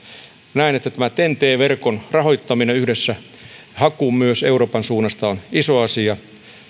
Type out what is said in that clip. näen että tämä ten t verkon rahoituksen hakeminen yhdessä myös euroopan suunnasta on iso asia